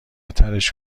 ترِش